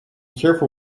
careful